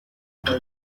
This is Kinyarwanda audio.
iki